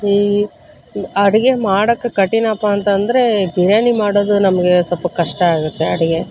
ಈ ಈ ಅಡುಗೆ ಮಾಡಕ್ಕೆ ಕಠಿಣಪ್ಪ ಅಂತಂದರೆ ಬಿರ್ಯಾನಿ ಮಾಡೋದು ನಮಗೆ ಸ್ವಲ್ಪ ಕಷ್ಟ ಆಗುತ್ತೆ ಅಡುಗೆ